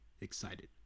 excited